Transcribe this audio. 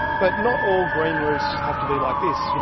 but not all green roofs have to be like this, you